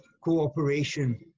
cooperation